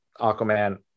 Aquaman